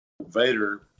Vader